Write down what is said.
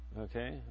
okay